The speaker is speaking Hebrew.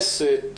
לכנסת,